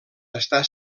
està